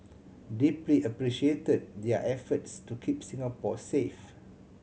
deeply appreciated their efforts to keep Singapore safe